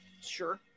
Sure